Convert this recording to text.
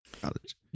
college